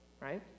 Right